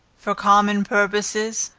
for common purposes,